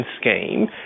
scheme